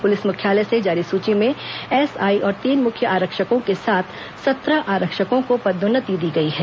police मुख्यालय से जारी सुची में एसआई और तीन मुख्य आरक्षकों के साथ सत्रह आरक्षकों को पदोन्नति दी गई है